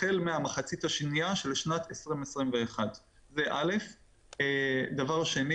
החל מהמחצית השנייה של שנת 2021. דבר שני